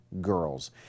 girls